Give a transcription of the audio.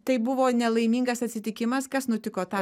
tai buvo nelaimingas atsitikimas kas nutiko tą